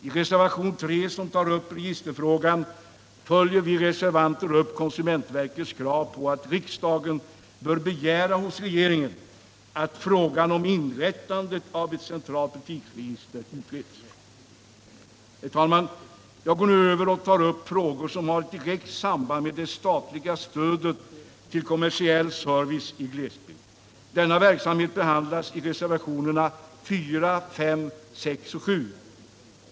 I reservationen 3, som tar upp registerfrågan, följer vi reservanter upp konsumentverkets krav på att riksdagen hos regeringen skall begära att frågan om inrättande av ett centralt butiksregister utreds. Herr talman! Jag går nu över till frågor som har ett direkt samband med det statliga stödet till kommersiell service i glesbygd. Denna verksamhet behandlas i reservationerna 4, 5, 6 och 7.